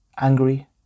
Angry